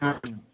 হুম